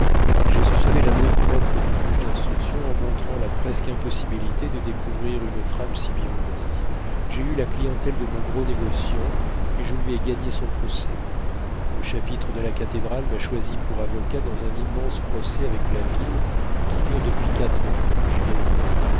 j'ai su sauver l'amour-propre du juge d'instruction en montrant la presque impossibilité de découvrir une trame si bien ourdie j'ai eu la clientèle de mon gros négociant et je lui ai gagné son procès le chapitre de la cathédrale m'a choisi pour avocat dans un immense procès avec la ville qui dure depuis quatre ans j'ai gagné